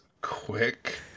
quick